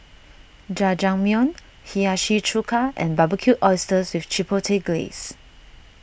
Jajangmyeon Hiyashi Chuka and Barbecued Oysters with Chipotle Glaze